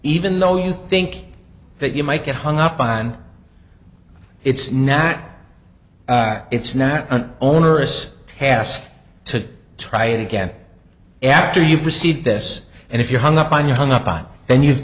even though you think that you might get hung up on it's now that it's nat an onerous task to try again after you've received this and if you're hung up on you hung up on then you've